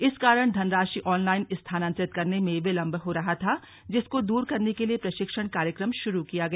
इस कारण धनराशि ऑनलाइन स्थानांतरित करने में विलम्ब हो रहा था जिसको दूर करने के लिए प्रशिक्षण कार्यक्रम शुरू किया गया